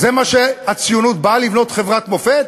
זה מה שהציונות באה לבנות, חברת מופת?